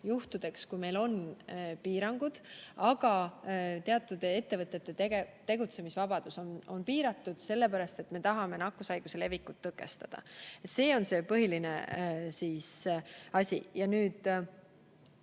juhtudeks, kui meil on piirangud, teatud ettevõtete tegutsemisvabadus on piiratud, kuna me tahame nakkushaiguste levikut tõkestada. See on see põhiline asi.